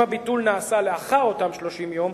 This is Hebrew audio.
אם הביטול נעשה לאחר אותם 30 יום,